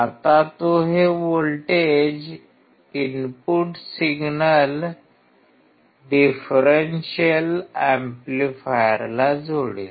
आता तो हे व्होल्टेज इनपुट सिग्नल डिफरेन्शियल एम्पलीफायरला जोडेल